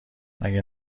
مگه